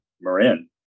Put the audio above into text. Marin